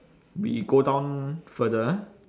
we go down further ah